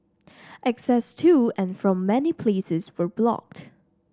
access to and from many places were blocked